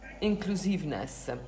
inclusiveness